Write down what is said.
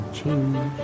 change